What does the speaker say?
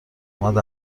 اومد